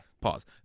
Pause